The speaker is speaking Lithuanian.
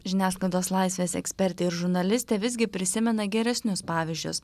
žiniasklaidos laisvės ekspertė ir žurnalistė visgi prisimena geresnius pavyzdžius